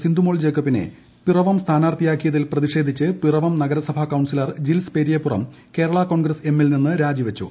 സിന്ധുമോൾ ജേക്കബിനെ പിറവം സ്ഥാനാർത്ഥിയാക്കിയതിൽ പ്രതിഷേധിച്ച് പിറവം നഗരസഭാ കൌൺസിലർ ജിൽസ് പെരിയപുറം കേരളാ കോൺഗ്രസ് എമ്മിൽ നിന്ന് രാജിവച്ചു